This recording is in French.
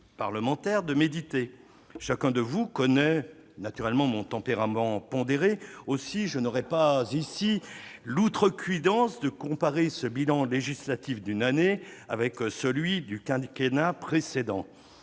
parlementaires, de méditer. Chacun de vous connaît naturellement mon tempérament pondéré. Aussi, je n'aurai pas ici l'outrecuidance de comparer ce bilan législatif d'une année avec celui du quinquennat précédent.